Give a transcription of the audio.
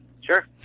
Sure